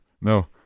No